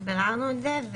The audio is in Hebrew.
ביררנו את זה.